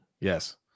Yes